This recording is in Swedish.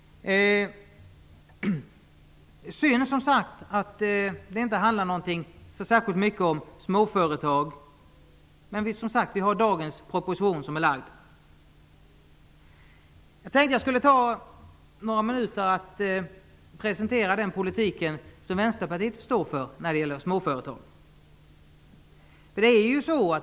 Det är synd att det inte handlar särskilt mycket om småföretag, men vi har som sagt dagens framlagda proposition. Jag tänkte att jag skulle ta några minuter till att presentera den politik som Vänsterpartiet står för när det gäller småföretag.